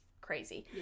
crazy